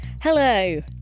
Hello